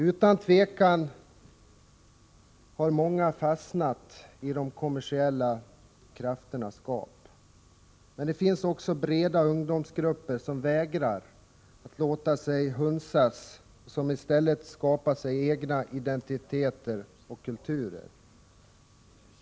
Utan tvivel är det många unga som har fastnat i de kommersiella krafternas gap. Men det finns också breda ungdomsgrupper som vägrar att låta sig hunsas och som i stället skapar sina egna identiteter och kulturer.